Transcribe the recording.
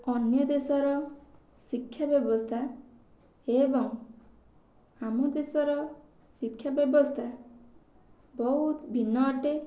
ଅନ୍ୟ ଦେଶର ଶିକ୍ଷା ବ୍ୟବସ୍ଥା ଏବଂ ଆମ ଦେଶର ଶିକ୍ଷା ବ୍ୟବସ୍ଥା ବହୁତ ଭିନ୍ନ ଅଟେ